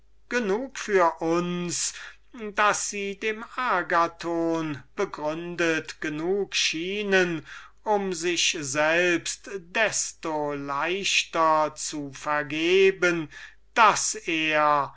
genug für uns daß sie dem agathon begründet genug schienen um sich selbst desto leichter zu vergeben daß er